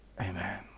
Amen